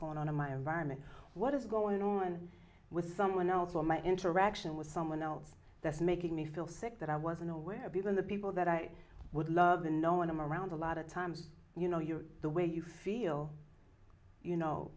going on in my environment what is going on with someone else or my interaction with someone else that's making me feel sick that i wasn't aware of even the people that i would love to know when i'm around a lot of times you know your the way you feel you know